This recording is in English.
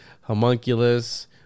homunculus